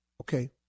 Okay